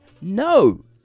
no